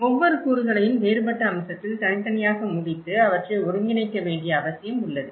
ஒவ்வொரு கூறுகளையும் வேறுபட்ட அம்சத்தில் தனித்தனியாக முடித்து அவற்றை ஒருங்கிணைக்க வேண்டிய அவசியம் உள்ளது